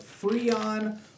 Freon